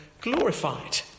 glorified